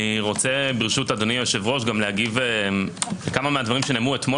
אני רוצה ברשות אדוני היושב-ראש להגיב גם על כמה מהדברים שנאמרו אתמול